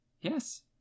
Yes